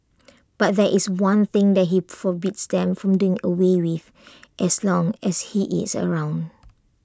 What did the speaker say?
but there is one thing that he forbids them from doing away with as long as he is around